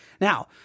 Now